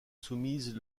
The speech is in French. soumise